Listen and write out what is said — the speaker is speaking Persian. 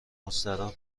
مستراح